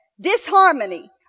disharmony